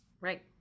Right